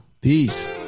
Peace